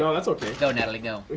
yeah that's okay. go natalie go.